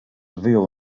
wyjął